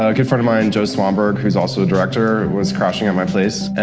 ah good friend of mine, joe swanberg, who's also a director, was crashing at my place. and